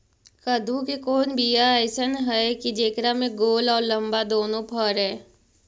कददु के कोइ बियाह अइसन है कि जेकरा में गोल औ लमबा दोनो फरे?